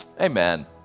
Amen